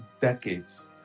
decades